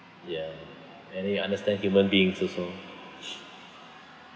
ya and you understand human beings also